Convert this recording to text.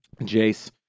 Jace